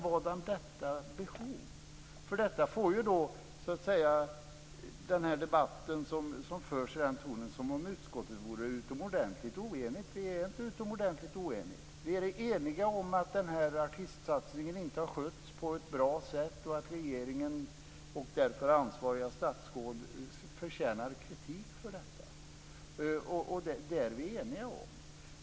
Vadan detta behov? Det gör ju att debatten förs i en ton som om utskottet vore utomordentligt oenigt. Vi är inte utomordentligt oeniga! Vi är eniga om att artistsatsningen inte har skötts på ett bra sätt och att regeringen, och därför ansvariga statsråd, förtjänar kritik för detta. Det är vi eniga om.